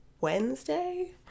Wednesday